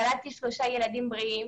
ילדתי שלושה ילדים בריאים